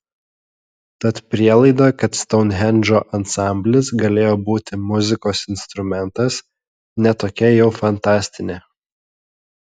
tad prielaida kad stounhendžo ansamblis galėjo būti muzikos instrumentas ne tokia jau fantastinė